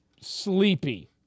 sleepy